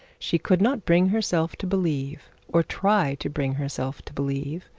she could not bring herself to believe or try to bring herself to believe,